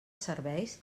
serveis